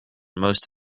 most